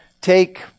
take